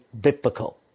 biblical